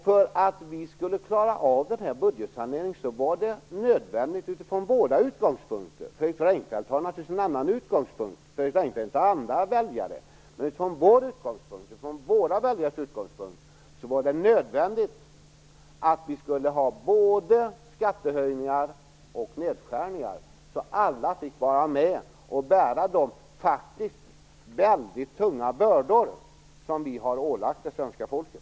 För att vi skulle klara av den här budgetsaneringen var det nödvändigt utifrån våra och våra väljares utgångspunkter - Fredrik Reinfeldt har naturligtvis andra utgångspunkter, eftersom han har andra väljare - att vi skulle ha både skattehöjningar och nedskärningar så att alla fick vara med och bära de faktiskt väldigt tunga bördor som vi har ålagt det svenska folket.